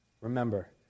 Remember